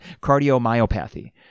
cardiomyopathy